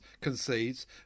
concedes